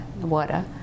water